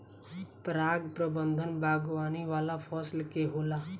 पराग प्रबंधन बागवानी वाला फसल के होला